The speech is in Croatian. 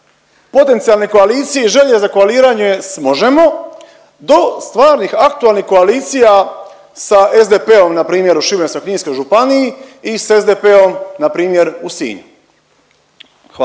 potencijalne koalicije i želje za koaliranje sa MOŽEMO do stvarnih, aktualnih koalicija sa SDP-om na primjer u Šibensko-kninskoj županiji i sa SDP-om na primjer u Sinju. Hvala.